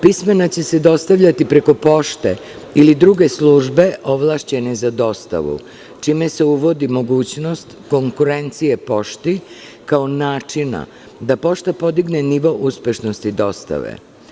Pismena će se dostavljati preko pošte ili druge službe ovlašćene za dostavu, čime se uvodi mogućnost konkurencije pošti kao načina da pošta podigne nivo uspešnosti dostave.